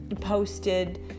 posted